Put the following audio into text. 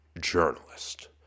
journalist